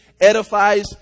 edifies